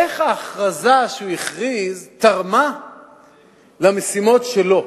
איך ההכרזה שהוא הכריז תרמה למשימות שלו?